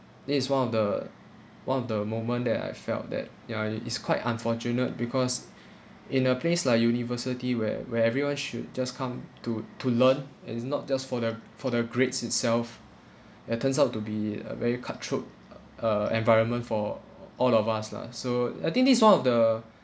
this is one of the one of the moment that I felt that ya it is quite unfortunate because in a place like university where where everyone should just come to to learn and it's not just for their for their grades itself it turns out to be a very cutthroat uh environment for all of us lah so I think this one of the